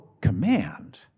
command